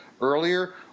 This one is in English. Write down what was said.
earlier